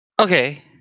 Okay